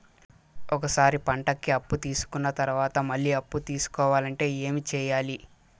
ఒక సారి పంటకి అప్పు తీసుకున్న తర్వాత మళ్ళీ అప్పు తీసుకోవాలంటే ఏమి చేయాలి?